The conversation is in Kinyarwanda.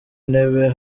intebe